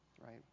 right